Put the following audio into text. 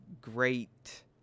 great